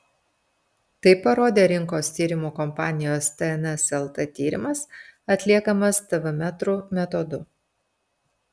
tai parodė rinkos tyrimų kompanijos tns lt tyrimas atliekamas tv metrų metodu